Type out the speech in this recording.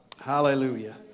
Hallelujah